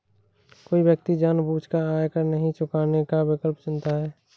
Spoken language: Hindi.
कोई व्यक्ति जानबूझकर आयकर नहीं चुकाने का विकल्प चुनता है